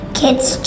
kids